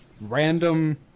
Random